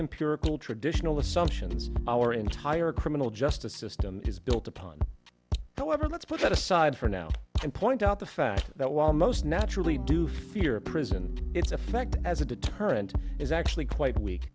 empirical traditional assumptions our entire criminal justice system is built upon however let's put that aside for now and point out the fact that while most naturally do fear prison it's effect as a deterrent is actually quite we